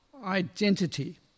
identity